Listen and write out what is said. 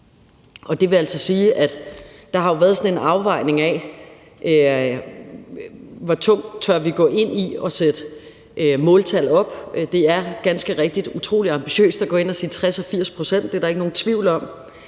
der har været sådan en afvejning af, hvor tungt vi tør gå ind i forhold til at sætte måltal op. Det er ganske rigtigt utrolig ambitiøst at gå ind og sige 60 pct. og 80 pct. – det er der ikke nogen tvivl om